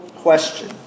question